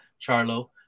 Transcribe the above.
Charlo